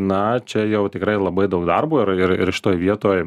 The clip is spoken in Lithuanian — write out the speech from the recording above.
na čia jau tikrai labai daug darbo ir ir ir šitoj vietoj